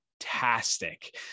fantastic